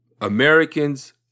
Americans